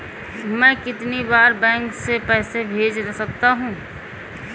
मैं कितनी बार बैंक से पैसे भेज सकता हूँ?